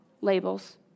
labels